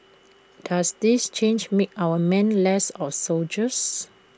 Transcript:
does this change make our men less of soldiers